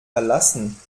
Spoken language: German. verlassen